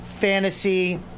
fantasy